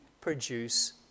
produce